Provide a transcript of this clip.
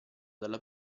dalla